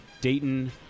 Dayton